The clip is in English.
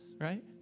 right